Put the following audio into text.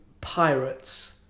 pirates